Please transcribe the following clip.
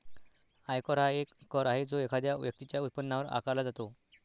आयकर हा एक कर आहे जो एखाद्या व्यक्तीच्या उत्पन्नावर आकारला जातो